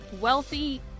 wealthy